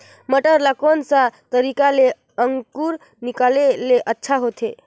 मटर ला कोन सा तरीका ले अंकुर निकाले ले अच्छा होथे?